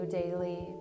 daily